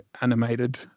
animated